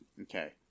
okay